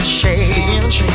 change